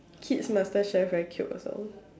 kids masterchef very cute also